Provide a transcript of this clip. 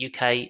uk